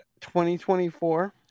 2024